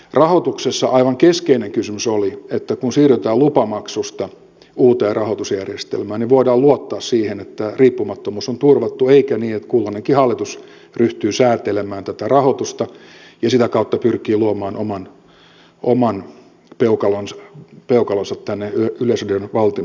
rahoituksessa aivan keskeinen kysymys oli että kun siirrytään lupamaksusta uuteen rahoitusjärjestelmään niin voidaan luottaa siihen että riippumattomuus on turvattu eikä niin että kulloinenkin hallitus ryhtyy säätelemään tätä rahoitusta ja sitä kautta pyrkii luomaan oman peukalonsa tänne yleisradion valtimon päälle